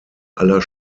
aller